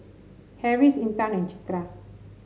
Harris Intan and Citra